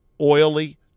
oily